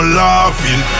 laughing